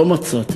ולא מצאתי.